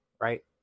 right